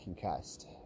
concussed